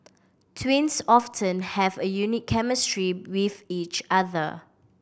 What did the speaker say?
twins often have a unique chemistry with each other